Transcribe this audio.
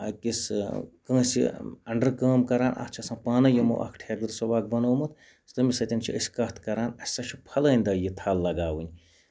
أکِس کٲنسہِ اَنڈر کٲم کران اَتھ چھُ آسان پانٕے یِمو ٹھیکدر صٲب اکھ بَنوومُت تٔمِس سۭتۍ چھِ أسۍ کَتھ کران اَسہِ ہا چھُ فَلٲنۍ دۄہ یہِ تھل لگاونۍ